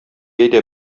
әйдә